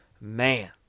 man